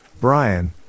Brian